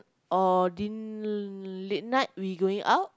or din~ late night we going out